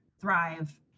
thrive